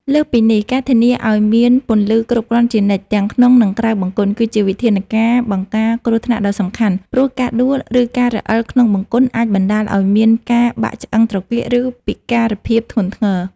លើសពីនេះ ការធានាឱ្យមានពន្លឺគ្រប់គ្រាន់ជានិច្ច ទាំងក្នុង និងក្រៅបង្គន់ គឺជាវិធានការបង្ការគ្រោះថ្នាក់ដ៏សំខាន់ ព្រោះការដួល ឬការរអិលក្នុងបង្គន់អាចបណ្ដាលឱ្យមានការបាក់ឆ្អឹងត្រគាក ឬពិការភាពធ្ងន់ធ្ងរ។